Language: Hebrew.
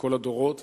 כל הדורות,